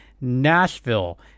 Nashville